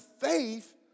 faith